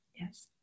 yes